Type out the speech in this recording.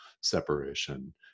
separation